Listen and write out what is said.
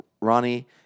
Ronnie